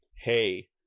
hey